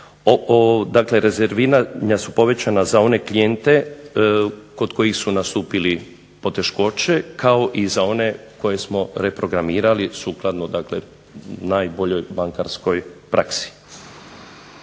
dakle rezerviranja su povećana za one klijente kod kojih su nastupile poteškoće kao i za one koje smo reprogramirali sukladno najboljoj bankarskoj praksi.